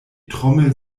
trommel